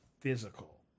physical